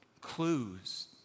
clues